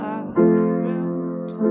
uproot